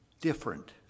different